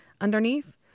underneath